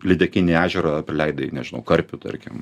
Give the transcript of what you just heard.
lydekinį ežerą prileidai nežinau karpių tarkim